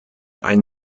ein